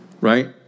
right